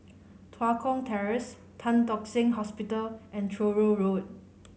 Tua Kong Terrace Tan Tock Seng Hospital and Truro Road